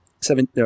seven